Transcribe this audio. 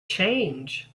change